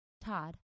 Todd